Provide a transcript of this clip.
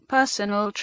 Personal